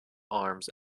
arms